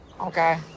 Okay